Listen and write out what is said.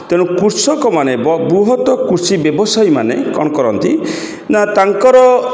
ତେଣୁ କୃଷକମାନେ ବୃହତ କୃଷି ବ୍ୟବସାୟୀମାନେ କ'ଣ କରନ୍ତି ନା ତାଙ୍କର